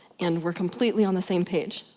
and we're completely on the same page.